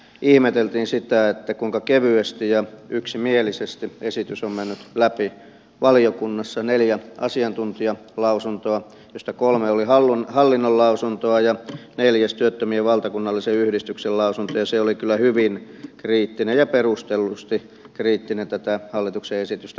ihmeteltiin sitä kuinka kevyesti ja yksimielisesti esitys on mennyt läpi valiokunnassa neljä asiantuntijalausuntoa joista kolme oli hallinnon lausuntoa ja neljäs työttömien valtakunnallisen yhdistyksen lausunto ja se oli kyllä hyvin kriittinen ja perustellusti kriittinen tätä hallituksen esitystä kohtaan